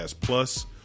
plus